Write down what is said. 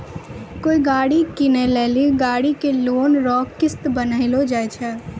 कोय गाड़ी कीनै लेली गाड़ी के लोन रो किस्त बान्हलो जाय छै